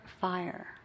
fire